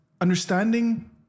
understanding